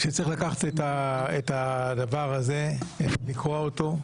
שצריך לקחת את הדבר שיש בפנינו, לקרוע אותו,